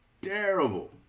terrible